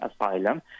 asylum